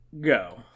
go